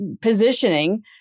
positioning